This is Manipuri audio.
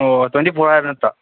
ꯑꯣ ꯇ꯭ꯋꯦꯟꯇꯤ ꯐꯣꯔ ꯍꯥꯏꯕ ꯅꯠꯇ꯭ꯔꯣ